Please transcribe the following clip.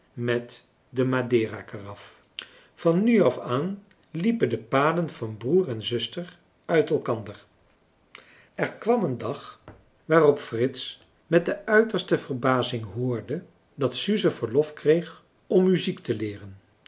met de maderakaraf van nu af aan liepen de paden van broer en zuster uit elkander er kwam een dag waarop frits met de uiterste verbazing hoorde dat suze verlof kreeg om muziek te leeren